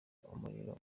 umuriro